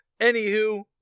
Anywho